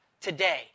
today